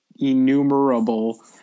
innumerable